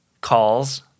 calls